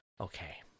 okay